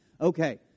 okay